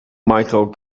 michael